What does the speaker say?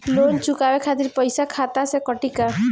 Loan चुकावे खातिर पईसा खाता से कटी का?